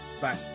Bye